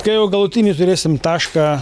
kai jau galutinį turėsim tašką